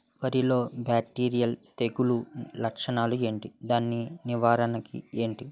వరి లో బ్యాక్టీరియల్ తెగులు లక్షణాలు ఏంటి? దాని నివారణ ఏంటి?